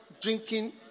drinking